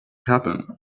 happen